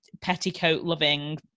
petticoat-loving